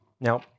Now